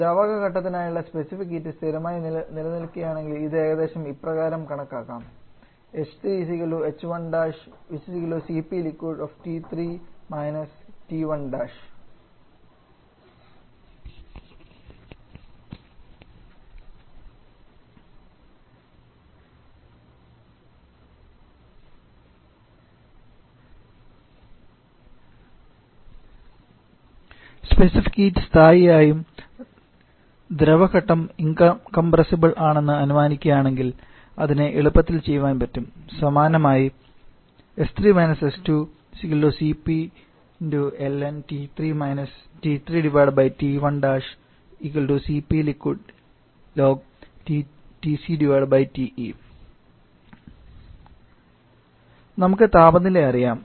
ദ്രാവക ഘട്ടത്തിനായുള്ള specific heat സ്ഥിരമായി നിലനിൽക്കുകയാണെങ്കിൽ ഇത് ഏകദേശം ഇപ്രകാരം കണക്കാക്കാം h3 − h1 Cpliq T3 T1 Cpliq TC - TE specific heat സ്ഥായി ആയും ദ്രവഘട്ടം ഇൻകംപ്രസിബിളും ആണെന്ന് അനുമാനിക്കുകയാണെങ്കിൽ അതിനെ എളുപ്പത്തിൽ ചെയ്യാൻ പറ്റും സമാനമായി നമുക്ക് താപനില അറിയാം